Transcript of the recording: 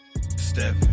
Step